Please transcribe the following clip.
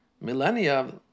millennia